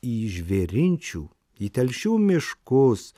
į žvėrinčių į telšių miškus